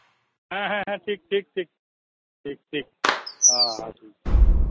ᱦᱮᱸ ᱦᱮᱸ ᱴᱷᱤᱠ ᱴᱷᱤᱠ ᱴᱷᱤᱠ ᱴᱷᱤᱠ ᱦᱮᱸ ᱦᱮᱸ ᱴᱷᱤᱠ